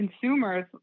consumers